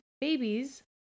babies